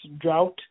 drought